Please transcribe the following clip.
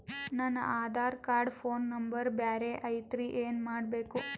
ನನ Aadhaar card phone number ಬ್ಯಾರೆ ಐತ್ರಿ ಏನ ಮಾಡಬೇಕು?